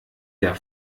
der